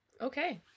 Okay